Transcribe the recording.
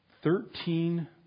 Thirteen